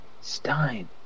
Stein